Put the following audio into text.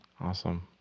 Awesome